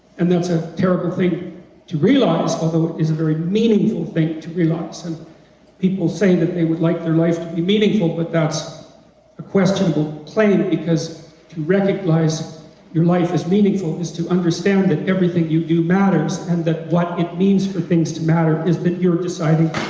and that's a terrible thing to realize although it's a very meaningful thing to realize and people say that they would like their life to be meaningful, but that's a questionable claim because to recognize your life as meaningful is to understand that everything you do matters and that what it means for things to matter is that you're deciding,